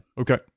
Okay